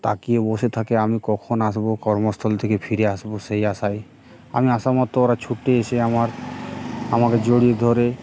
তাকিয়ে বসে থাকে আমি কখন আসবো কর্মস্থল থেকে ফিরে আসবো সেই আশায় আমি আশামত ওরা ছুট্টে এসে আমার আমাকে জড়িয়ে ধরে